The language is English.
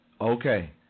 Okay